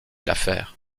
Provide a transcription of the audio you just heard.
l’affaire